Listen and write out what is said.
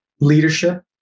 leadership